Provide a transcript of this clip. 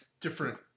different